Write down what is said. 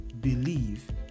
believe